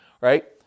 right